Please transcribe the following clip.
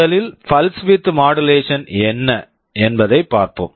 முதலில் pulse width modulation pulse width modulation என்ன என்பதைப் பார்ப்போம்